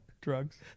Drugs